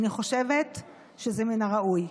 אני חושבת שזה מן הראוי.